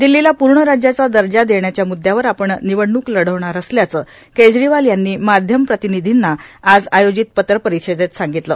दिल्लीला पूर्ण राज्याचा दर्जा देण्याच्या मुद्यावर आपण निवडणूक लढवणार असल्याचं केजरीवाल यांनी माध्यम प्रतिनिधींना आज आयोजित पत्रपरिषदेत सांगितलं